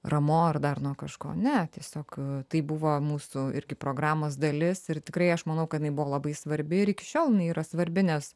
ramo ar dar nuo kažko ne tiesiog tai buvo mūsų irgi programos dalis ir tikrai aš manau kad jinai buvo labai svarbi ir iki šiol jinai yra svarbi nes